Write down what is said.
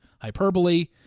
hyperbole